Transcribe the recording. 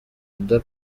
oda